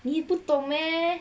你不懂 meh